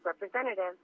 representative